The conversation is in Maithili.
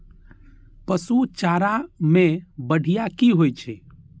पशु चारा मैं बढ़िया की होय छै?